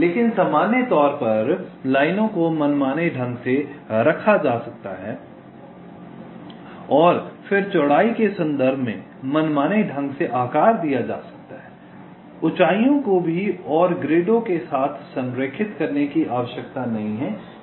लेकिन सामान्य तौर पर लाइनों को मनमाने ढंग से रखा जा सकता है और चौड़ाई के संदर्भ में मनमाने ढंग से आकार दिया जा सकता है ऊंचाइयों को भी और ग्रिडों के साथ संरेखित करने की आवश्यकता नहीं है